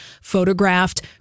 photographed